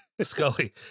Scully